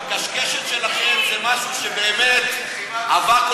הקשקשת שלכם זה משהו שבאמת עבר כל גבול.